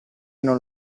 non